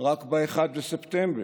רק ב-1 בספטמבר,